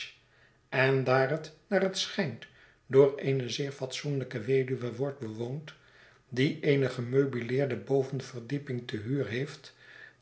en daar het naar het schijnt door eene zeer fatsoenlijke weduwe wordt bewoond die eene gemeubileerde bovenverdieping te huur heeft